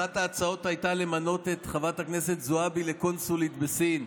אחת ההצעות הייתה למנות את חברת הכנסת זועבי לקונסולית בסין.